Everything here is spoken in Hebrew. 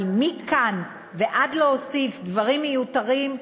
אבל מכאן ועד להוסיף דברים מיותרים,